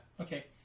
Okay